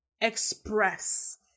express